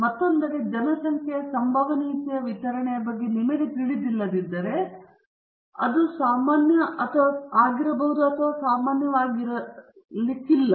ಮತ್ತೊಂದೆಡೆ ಜನಸಂಖ್ಯೆಯ ಸಂಭವನೀಯತೆಯ ವಿತರಣೆಯ ಬಗ್ಗೆ ನಿಮಗೆ ತಿಳಿದಿಲ್ಲದಿದ್ದರೆ ಅದು ಸಾಮಾನ್ಯವಾಗಬಹುದು ಅಥವಾ ಇದು ಸಾಮಾನ್ಯವಲ್ಲ